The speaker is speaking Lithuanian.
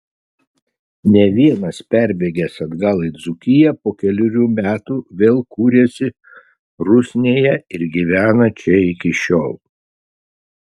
ne vienas parbėgęs atgal į dzūkiją po kelerių metų vėl kūrėsi rusnėje ir gyvena čia iki šiol